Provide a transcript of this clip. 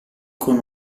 con